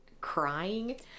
crying